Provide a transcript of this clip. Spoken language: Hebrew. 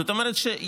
זאת אומרת,